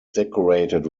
decorated